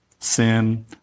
Sin